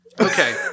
Okay